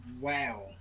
wow